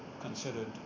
considered